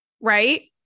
Right